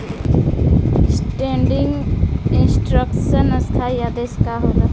Standing instruction स्थाई आदेश का होला?